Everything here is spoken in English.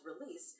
release